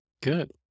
Good